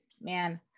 man